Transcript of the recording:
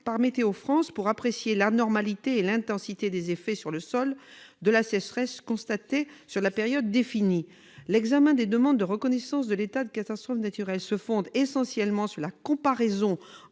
par Météo France pour apprécier l'anormalité et l'intensité des effets sur le sol de la sécheresse constatée sur la période définie. L'examen des demandes de reconnaissance de l'état de catastrophe naturelle se fonde essentiellement sur la comparaison